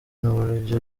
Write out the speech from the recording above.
nuburyo